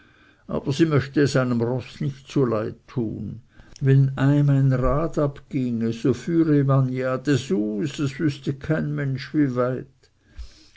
aber sie möchte es einem roß nicht zuleid tun wenn eim ein rad abginge so führe man ja desus es wüßte kein mensch wie weit